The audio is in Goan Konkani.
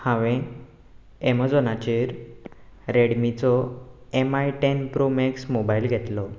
हांवें एमझोनाचेर रेडमीचो M I ten Pro Max mobile घेतलो